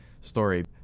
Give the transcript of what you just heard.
story